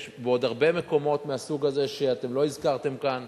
יש עוד הרבה מקומות מהסוג הזה שאתם לא הזכרתם כאן,